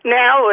now